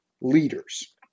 leaders